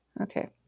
Okay